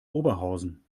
oberhausen